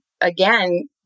again